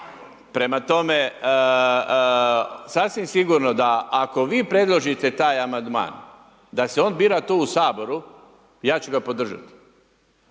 Prema tome, sasvim sigurno da ako vi predložite taj amandman da se on bira tu u Saboru, ja ću ga podržati